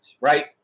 right